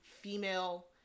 female